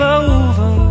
over